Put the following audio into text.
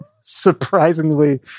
surprisingly